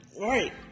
Right